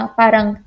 parang